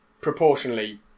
proportionally